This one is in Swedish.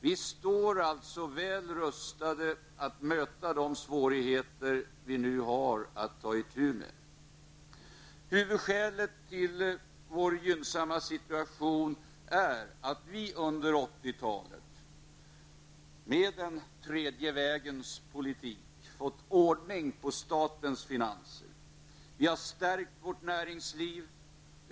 Vi står väl rustade att möta de svårigheter vi har att ta itu med. Huvudskälet till den gynnsamma situationen är att socialdemokraterna under 80-talet med hjälp av den tredje vägens politik har fått ordning på statens finanser. Vi har stärkt vårt näringsliv.